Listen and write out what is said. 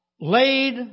laid